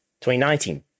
2019